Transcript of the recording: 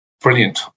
brilliant